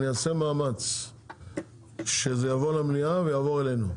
אני אעשה מאמץ שזה יעבור למליאה ויעבור אלינו,